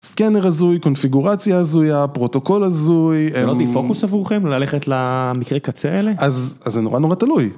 סקנר הזוי, קונפיגורציה הזוי, הפרוטוקול הזוי. זה לא דה פוקוס עבורכם? ללכת למקרה קצה אלה? אז זה נורא נורא תלוי.